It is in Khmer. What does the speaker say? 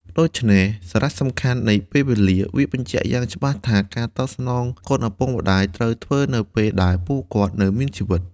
ដូច្នេះសារៈសំខាន់នៃពេលវេលា វាបញ្ជាក់យ៉ាងច្បាស់ថា ការតបស្នងគុណឪពុកម្តាយត្រូវធ្វើនៅពេលដែលពួកគាត់នៅមានជីវិត។